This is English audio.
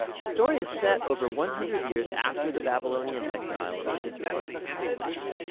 the story is set over one hundred years after the babylonian exile of the israelites from their land.